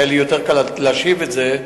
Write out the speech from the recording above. היה לי יותר קל להשיב לזה.